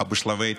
בשלבי התפתחות.